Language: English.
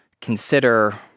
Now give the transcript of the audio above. consider